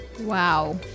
Wow